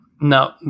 no